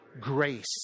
grace